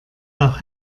auch